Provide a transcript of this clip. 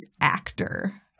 actor